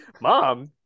Mom